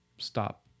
Stop